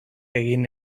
egin